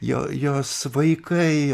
jo jos vaikai